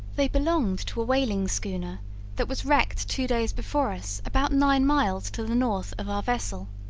they belonged to a whaling schooner that was wrecked two days before us about nine miles to the north of our vessel.